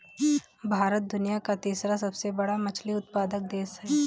भारत दुनिया का तीसरा सबसे बड़ा मछली उत्पादक देश है